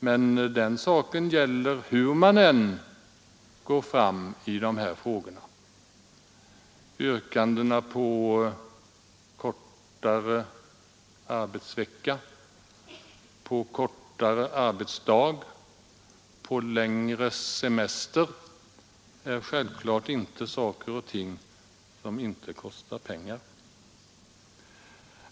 Men den saken gäller hur man än går fram i dessa frågor. Yrkandena på kortare arbetsvecka, på kortare arbetsdag och på längre semester innebär självfallet inte saker och ting som inte kostar pengar.